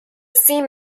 seam